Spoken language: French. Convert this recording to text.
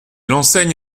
enseigne